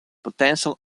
potential